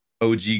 OG